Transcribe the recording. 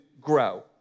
grow